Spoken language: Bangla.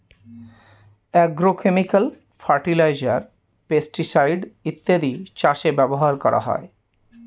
আগ্রোক্যামিকাল ফার্টিলাইজার, পেস্টিসাইড ইত্যাদি চাষে ব্যবহার করা হয়